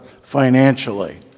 financially